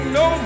no